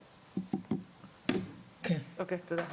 תודה.